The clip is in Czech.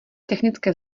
technické